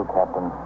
Captain